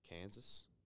Kansas